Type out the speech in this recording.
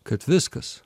kad viskas